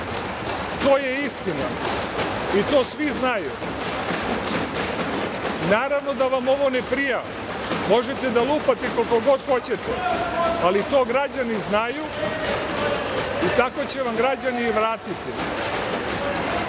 To je istina i to svi znaju. Naravno da vam ovo ne prija, možete da lupate koliko god hoćete, ali to građani znaju i tako će vam građani i vratiti,